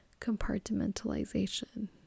compartmentalization